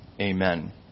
Amen